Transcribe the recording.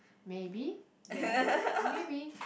maybe ya maybe